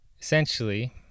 Essentially